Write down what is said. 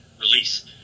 release